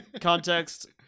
Context